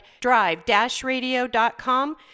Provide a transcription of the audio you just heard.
drive-radio.com